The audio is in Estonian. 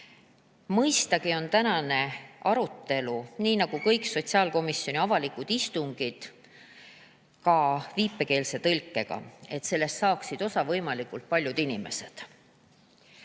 Mõistagi on tänane arutelu, nii nagu kõik sotsiaalkomisjoni avalikud istungid ka viipekeelse tõlkega, et sellest saaksid osa võimalikult paljud inimesed.